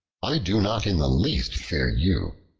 i do not in the least fear you,